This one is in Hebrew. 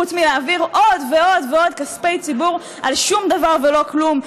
חוץ מלהעביר עוד ועוד ועוד כספי ציבור על שום דבר ולא כלום,